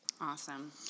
Awesome